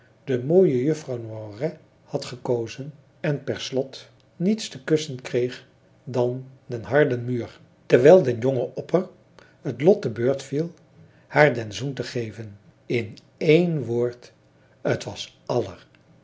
de mooie juffrouw noiret had gekozen en per slot niets te kussen kreeg dan den harden muur terwijl den jongen opper het lot te beurt viel haar den zoen te geven in één woord het was